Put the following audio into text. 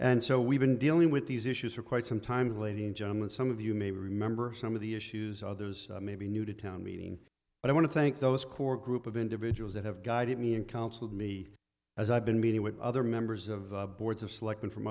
and so we've been dealing with these issues for quite some time to a lady and gentleman some of you may remember some of the issues others may be new to town meeting but i want to thank those core group of individuals that have guided me and counseled me as i've been meeting with other members of boards of selectmen from